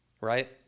right